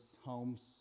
homes